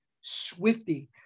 Swifty